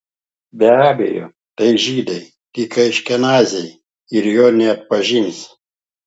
be abejo tai žydai tik aškenaziai ir jo neatpažins